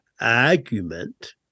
argument